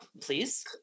please